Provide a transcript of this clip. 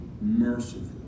merciful